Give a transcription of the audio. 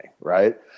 right